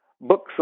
books